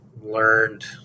learned